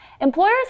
Employers